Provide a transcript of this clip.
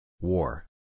War